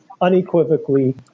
unequivocally